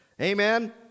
Amen